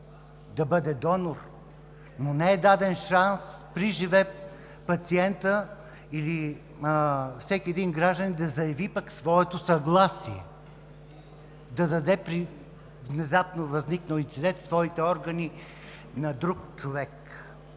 да бъде донор, но не е даден шанс приживе пациентът или всеки един гражданин да заяви пък своето съгласие, да даде – при внезапно възникнал инцидент, своите органи на друг човек.